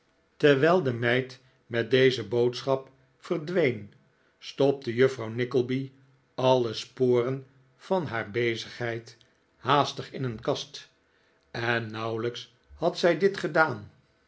terwijl de meid met deze boodschap verdween stopte juffrouw nickleby alle sporen van bezigheid haastig in een kast en nauwelijks had zij dit gedaan